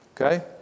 Okay